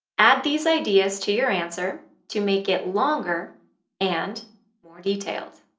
add these ideas to your answer to make it longer and more detailed.